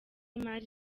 y’imari